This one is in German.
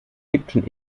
fiction